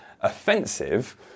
offensive